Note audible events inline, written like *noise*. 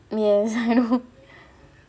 yes I know *laughs*